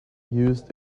used